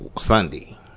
Sunday